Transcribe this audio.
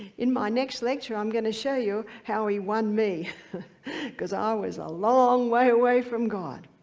in my next lecture i'm gonna show you how he won me because i was a long way away from god